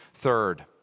Third